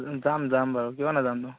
যাম যাম বাৰু কিয় নাযামনো